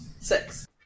Six